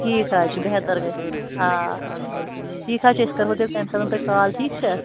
ٹھیٖک حظ چھُ بہتر گژھِ آ ٹھیٖک حظ چھُ أسۍ کَرہو تیٚلہِ تَمہِ ساتہٕ تۄہہِ کال ٹھیٖک چھا